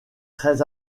très